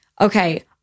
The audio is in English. okay